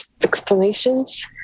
explanations